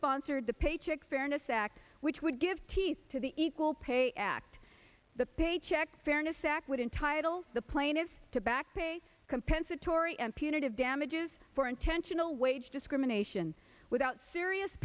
sponsored the paycheck fairness act which would give teeth to the equal pay act the paycheck fairness act would entitle the plaintiffs to back pay compensatory and punitive damages for intentional wage discrimination without serious